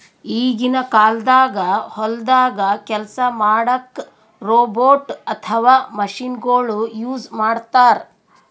ಈಗಿನ ಕಾಲ್ದಾಗ ಹೊಲ್ದಾಗ ಕೆಲ್ಸ್ ಮಾಡಕ್ಕ್ ರೋಬೋಟ್ ಅಥವಾ ಮಷಿನಗೊಳು ಯೂಸ್ ಮಾಡ್ತಾರ್